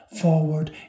forward